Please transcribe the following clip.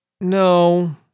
No